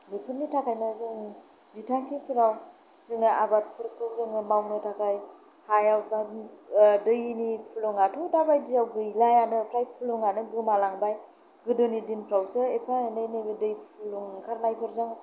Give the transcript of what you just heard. बेफोरनि थाखायनो जों बिथांखिफोरा जों आबादफोरखौ मावनो थाखाय हायाव एबा दैनि फुलुङाथ' दाबायदियाव गैलायानो फुलुङानो गोमालांबाय गोदोनि दिनफोरावसो एफा एनै गुदुं ओंखारनायजों